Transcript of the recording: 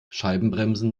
scheibenbremsen